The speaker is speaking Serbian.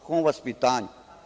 Kom vaspitanju?